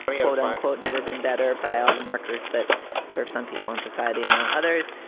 quote unquote, never been better by all the markers that serve some people in society and others.